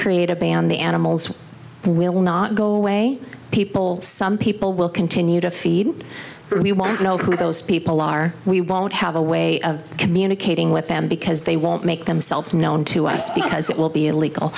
create a ban the animals will not go away people some people will continue to feed and we won't know who those people are we won't have a way of communicating with them because they won't make themselves known to us because it will be illegal